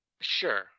sure